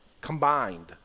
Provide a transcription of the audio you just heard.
combined